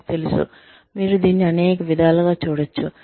నాకు తెలుసు మీరు దీన్ని అనేక విధాలుగా చూడవచ్చు